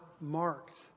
marked